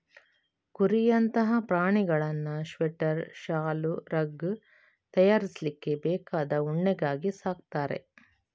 ಕುರಿಯಂತಹ ಪ್ರಾಣಿಗಳನ್ನ ಸ್ವೆಟರ್, ಶಾಲು, ರಗ್ ತಯಾರಿಸ್ಲಿಕ್ಕೆ ಬೇಕಾದ ಉಣ್ಣೆಗಾಗಿ ಸಾಕ್ತಾರೆ